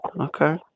Okay